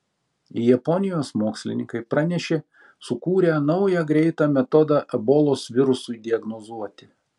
japonijos mokslininkai pranešė sukūrę naują greitą metodą ebolos virusui diagnozuoti